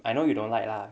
I know you don't like lah